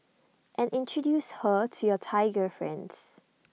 and introduce her to your Thai girlfriends